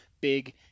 big